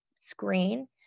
screen